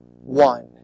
one